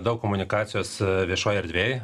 daug komunikacijos viešoj erdvėj